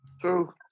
True